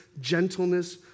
gentleness